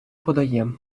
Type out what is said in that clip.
подає